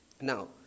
Now